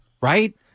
Right